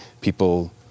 people